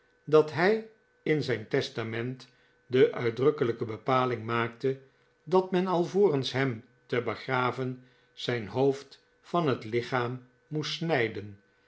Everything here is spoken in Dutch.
dat hij in zijn testament de uitdrukkelijke bepaling maakte dat men alvorens hem te begraven zijn hoofd van het lichaam moest snijden